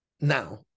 Now